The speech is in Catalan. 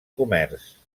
comerç